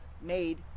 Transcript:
made